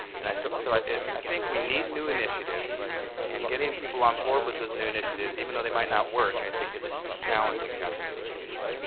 and so so i i think we need new initiatives and getting people on board with those new initiatives. even though they might not work i think is a huge challenge in catholic education.